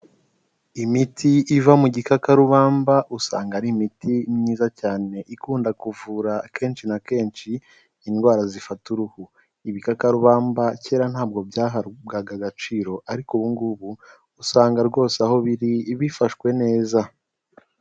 Imiti iva mu gikakarubamba, usanga ari imiti myiza cyane ikunda kuvura akenshi na kenshi indwara zifata uruhu. Ibikakarubamba kera ntabwo byahabwaga agaciro ariko ubu ngubu usanga rwose aho biri, bifashwe neza.